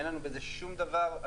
אין לנו בזה שום דבר.